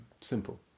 simple